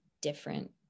different